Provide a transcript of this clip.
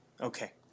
okay